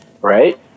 right